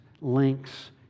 links